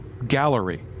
Gallery